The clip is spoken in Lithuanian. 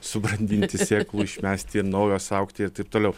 subrandinti sėklų išmesti naujos augti ir taip toliau